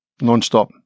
nonstop